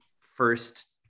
first